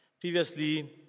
Previously